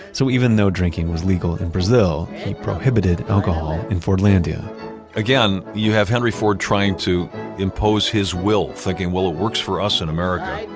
so even though drinking was legal in brazil, he prohibited alcohol in fordlandia again, you have henry ford trying to impose his will thinking, well, it works for us in america.